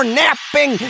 napping